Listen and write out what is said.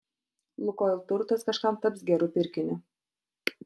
lukoil turtas kažkam taps geru pirkiniu